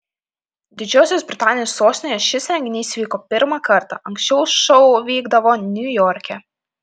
didžiosios britanijos sostinėje šis renginys vyko pirmą kartą anksčiau šou vykdavo niujorke